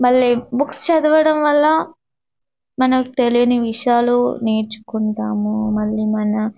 మళ్ళీ బుక్స్ చదవడం వల్ల మనకు తెలియని విషయాలు నేర్చుకుంటాము మళ్ళీ మన